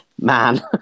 man